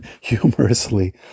humorously